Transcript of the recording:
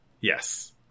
Yes